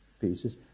pieces